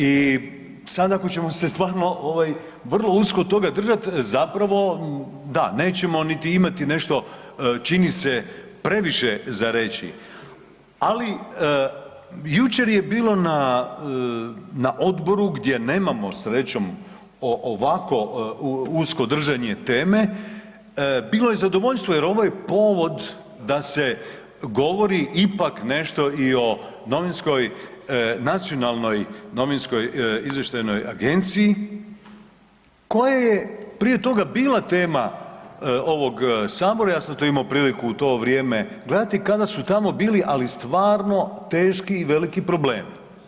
I sad ako ćemo se stvarno vrlo usko toga držat, zapravo, da, nećemo niti imati nešto čini previše za reći ali jučer je bilo na odboru gdje nemamo srećom ovako usko držanje teme, bilo je zadovoljstvo jer ovaj povod da se govori ipak nešto i o nacionalnoj novinskoj izvještajnoj agenciji koja je prije toga bila tema ovog Sabora, ja sam to imao priliku u to vrijeme gledati, kada su tamo bili ali stvarno teški i veliki problemi.